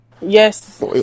yes